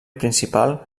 principal